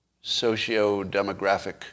socio-demographic